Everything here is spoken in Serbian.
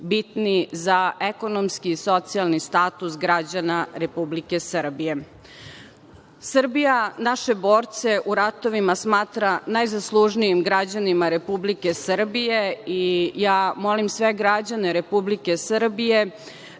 bitni za ekonomski i socijalni status građana Republike Srbije. Srbija naše borce u ratovima smatra najzaslužnijim građanima Republike Srbije i ja molim sve građane Republike Srbije